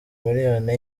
miliyoni